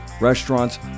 restaurants